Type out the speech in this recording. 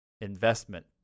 investment